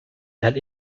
that